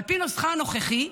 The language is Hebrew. על פי נוסחה הנוכחי,